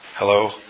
Hello